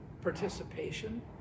participation